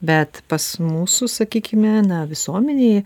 bet pas mūsų sakykime na visuomenėj